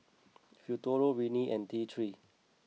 Futuro Rene and T three